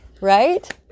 Right